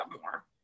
more